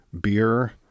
beer